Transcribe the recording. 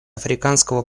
африканского